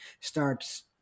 starts